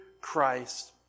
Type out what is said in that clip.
Christ